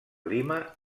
lima